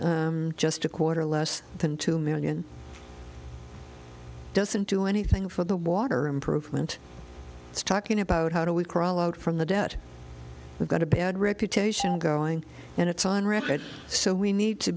was just a quarter less than two million doesn't do anything for the water improvement it's talking about how do we crawl out from the debt we've got a bad reputation going and it's on record so we need to